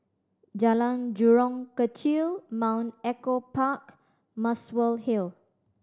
Jalan Jurong Kechil Mount Echo Park Muswell Hill